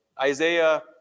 Isaiah